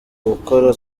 gukora